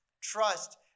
trust